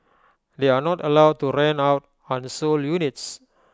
they are not allowed to rent out unsold units